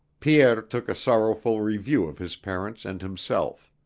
pierre took a sorrowful review of his parents and himself.